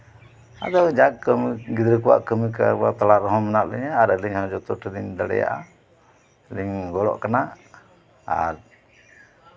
ᱟᱫᱚ ᱡᱟᱠ ᱜᱤᱫᱽᱨᱟᱹ ᱠᱚᱣᱟᱜ ᱠᱟᱹᱢᱤ ᱠᱟᱨᱵᱟᱨ ᱛᱟᱞᱟ ᱨᱮᱦᱚᱸ ᱢᱮᱱᱟᱜ ᱞᱤᱧᱟ ᱟᱨ ᱟᱹᱞᱤᱧᱦᱚᱸ ᱡᱚᱛᱚ ᱴᱟᱜ ᱞᱤᱧ ᱫᱟᱲᱮᱭᱟᱜᱼᱟ ᱟᱹᱞᱤᱧ ᱜᱚᱲᱚᱜ ᱠᱟᱱᱟ ᱟᱨ